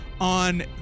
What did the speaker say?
on